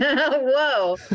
whoa